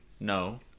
No